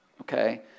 okay